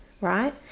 right